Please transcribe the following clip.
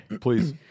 Please